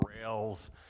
rails